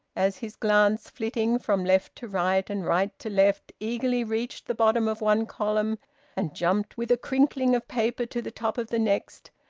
as his glance, flitting from left to right and right to left, eagerly, reached the bottom of one column and jumped with a crinkling of paper to the top of the next,